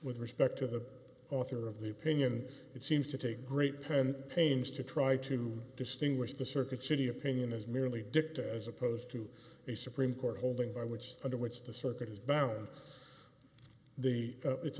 with respect to the author of the opinion it seems to take great penn pains to try to distinguish the circuit city opinion as merely dicta as opposed to a supreme court holding by which under which the circuit has balance the it's